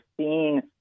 seeing